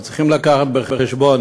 אבל צריכים לקחת בחשבון,